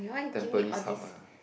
tampines Hub ah